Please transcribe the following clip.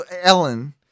Ellen